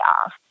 off